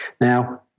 Now